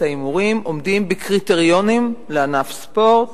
ההימורים עומדים בקריטריונים לענף ספורט